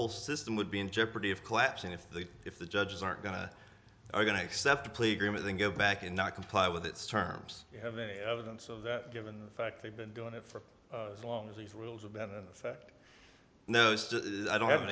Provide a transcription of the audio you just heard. whole system would be in jeopardy of collapsing if the if the judges aren't going to are going to accept a plea agreement then go back and not comply with its terms you have any evidence of that given the fact they've been doing it for as long as these rules have been in fact knows i don't have